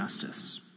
justice